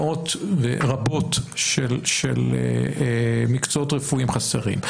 מאות רבות של מקצועות רפואיים חסרים,